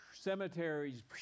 cemeteries